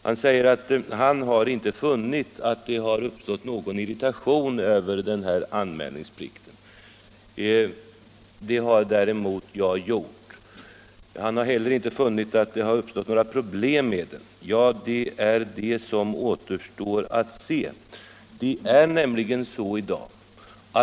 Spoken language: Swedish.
Han säger att han inte har funnit att det har uppstått någon irritation över anmälningsplikten. Det har däremot jag gjort. Han har heller inte funnit att det har uppstått några problem med den. Ja, det är det som återstår att se.